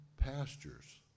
pastures